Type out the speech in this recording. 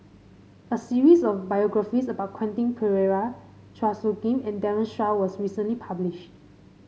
a series of biographies about Quentin Pereira Chua Soo Khim and Daren Shiau was recently published